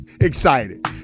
excited